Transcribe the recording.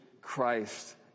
Christ